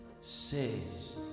says